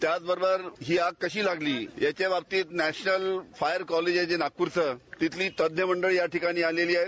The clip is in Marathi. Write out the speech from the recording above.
त्याचबरोबर ही आग कशी लागली याच्या बाबतीत नॅशनल फायर कॉलेज नागपूर इथली तज्ञ मंडळी याठिकाणी आली आहे